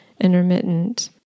intermittent